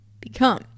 become